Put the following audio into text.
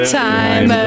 time